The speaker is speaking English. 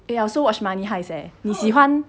ya I also watch money heist leh 你喜欢